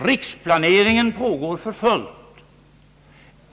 Riksplaneringen pågår också för fullt.